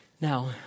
Now